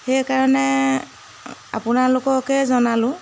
সেইকাৰণে আপোনালোককে জনালোঁ